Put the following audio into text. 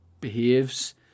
behaves